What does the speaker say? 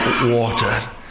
water